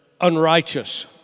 unrighteous